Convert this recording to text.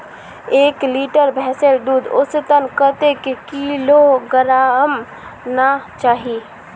एक लीटर भैंसेर दूध औसतन कतेक किलोग्होराम ना चही?